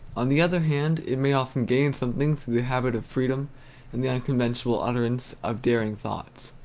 on the other hand, it may often gain something through the habit of freedom and the unconventional utterance of daring thoughts.